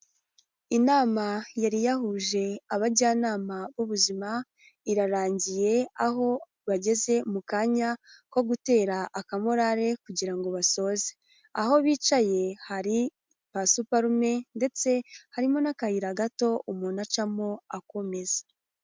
Inama yari yahuje abajyanama b'ubuzima irarangiye aho bageze mu kanya ko gutera akamorare kugira ngo basoze, aho bicaye hari pasuparume ndetse harimo n'akayira gato umuntu acamo akomeza.